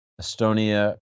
Estonia